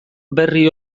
berri